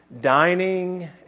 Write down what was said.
dining